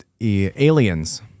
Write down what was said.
Aliens